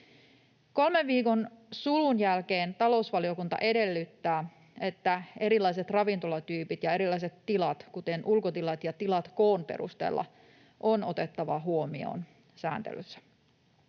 kolmen viikon sulun jälkeen erilaiset ravintolatyypit ja erilaiset tilat, kuten ulkotilat ja tilat koon perusteella, on otettava huomioon sääntelyssä.